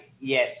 yes